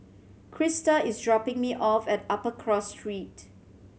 Krista is dropping me off at Upper Cross Street